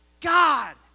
God